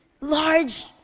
large